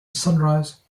sunrise